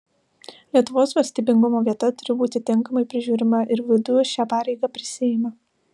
lietuvos valstybingumo vieta turi būti tinkamai prižiūrima ir vdu šią pareigą prisiima